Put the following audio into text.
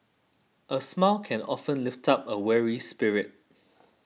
a smile can often lift up a weary spirit